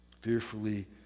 Fearfully